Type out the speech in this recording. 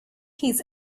his